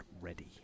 ready